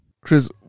chris